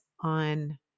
on